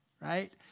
right